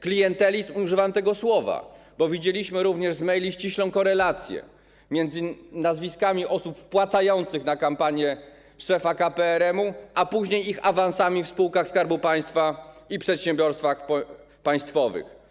Klientelizm, używam tego słowa, bo wiedzieliśmy również z maili ścisłą korelację między nazwiskami osób wpłacających na kampanię szefa KPRM-u a później ich awansami w spółkach Skarbu Państwa i przedsiębiorstwach państwowych.